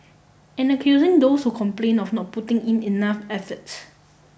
and accusing those who complain of not putting in enough effort